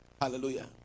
Hallelujah